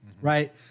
right